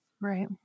Right